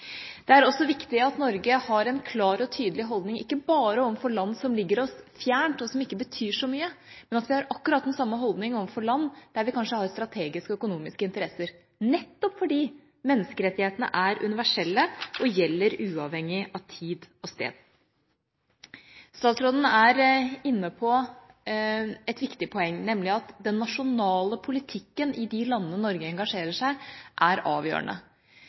Det er også viktig at Norge har en klar og tydelig holdning ikke bare overfor land som ligger oss fjernt, og som ikke betyr så mye, men at vi har akkurat den samme holdning overfor land der vi kanskje har strategiske og økonomiske interesser, nettopp fordi menneskerettighetene er universelle og gjelder uavhengig av tid og sted. Statsråden er inne på et viktig poeng, nemlig at den nasjonale politikken i de landene Norge engasjerer seg, er avgjørende.